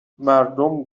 مردم